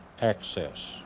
access